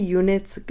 units